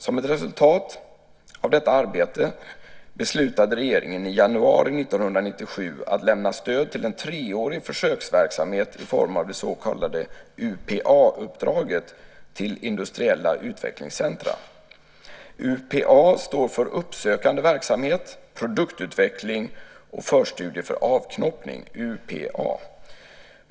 Som ett resultat av detta arbete beslutade regeringen i januari 1997 att lämna stöd till en treårig försöksverksamhet i form av det så kallade UPA-uppdraget till Industriella Utvecklingscentra, IUC. UPA står för uppsökande verksamhet, produktutveckling och förstudier för avknoppning.